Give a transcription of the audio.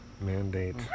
Mandate